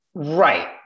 Right